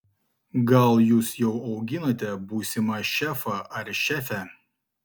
gal jūs jau auginate būsimą šefą ar šefę